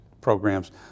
programs